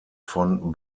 von